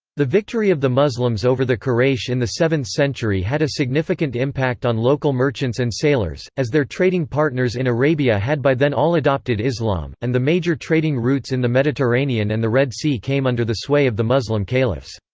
the victory of the muslims over the quraysh in the seventh century had a significant impact on local merchants and sailors, as their trading partners in arabia had by then all adopted islam, and the major trading routes in the mediterranean and the red sea came under the sway of the muslim caliphs.